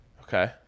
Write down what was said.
okay